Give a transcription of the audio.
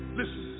listen